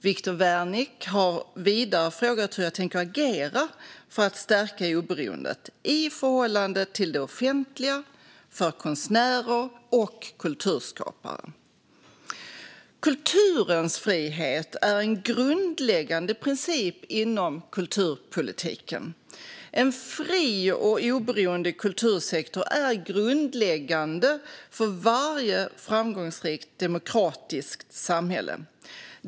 Viktor Wärnick har vidare frågat hur jag tänker agera för att stärka oberoendet, i förhållande till det offentliga, för konstnärer och kulturskapare.grundläggande princip inom kulturpolitiken. En fri och oberoende kultursektor är grundläggande för varje framgångsrikt demokratiskt samhälle.